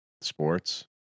sports